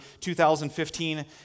2015